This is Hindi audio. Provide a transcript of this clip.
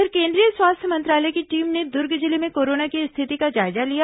इधर केंद्रीय स्वास्थ्य मंत्रालय की टीम ने दूर्ग जिले में कोरोना की स्थिति का जायजा लिया